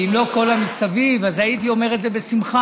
שאם לא כל המסביב אז הייתי אומר את זה בשמחה.